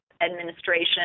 administration